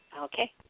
Okay